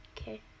Okay